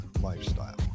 lifestyle